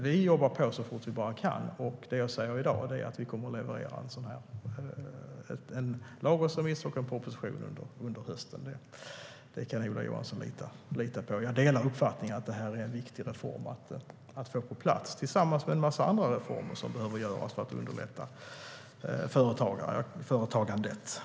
Vi jobbar på så fort vi bara kan, och det jag säger i dag är att vi kommer att leverera en lagrådsremiss och en proposition under hösten. Det kan Ola Johansson lita på. Jag delar uppfattningen att det är en viktig reform att få på plats, tillsammans med en massa andra reformer som behöver göras för att underlätta företagandet.